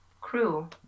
crew